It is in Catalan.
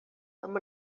amb